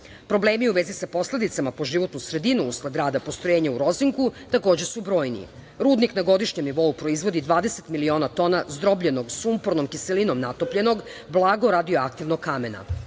rada. Problemi u vezi sa posledicama po životnu sredinu, usled rada u postrojenju u „Rozingu“ takođe su brojni. Rudnik na godišnjem nivou proizvodi 20 miliona tona zdrobljenog sumpornom kiselinom natopljenog blago radioaktivnog kamena.